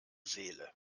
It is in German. seele